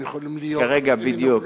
הם יכולים להיות קרימינולוגים,